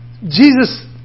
Jesus